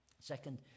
Second